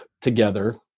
together